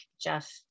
Jeff